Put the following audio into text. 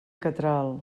catral